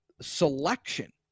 selection